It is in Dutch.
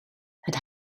het